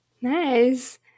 Nice